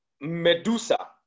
Medusa